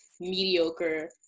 mediocre